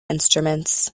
instruments